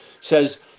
says